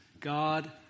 God